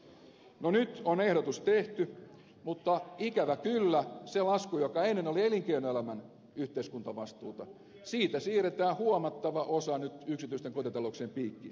no nyt on ehdotus tehty mutta ikävä kyllä siitä laskusta joka ennen oli elinkeinoelämän yhteiskuntavastuuta siirretään huomattava osa nyt yksityisten kotitalouksien piikkiin